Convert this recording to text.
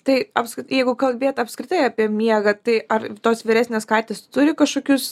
tai apskrit jeigu kalbėt apskritai apie miegą tai ar tos vyresnės katės turi kažkokius